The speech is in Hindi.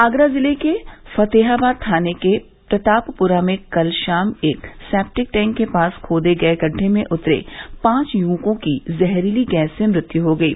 आगरा जिले के फतेहाबाद थाने के प्रतापपुरा में कल शाम एक सेप्टिक टैंक के पास खोदे गये गड्ढे में उतरे पांच युवकों की जहरीली गैस से मृत्यु हो गयी